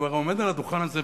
כבר עומד על הדוכן הזה,